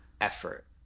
effort